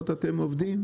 המלצות, אתם עובדים?